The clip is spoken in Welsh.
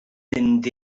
mynd